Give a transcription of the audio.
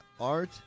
art